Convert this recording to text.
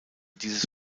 dieses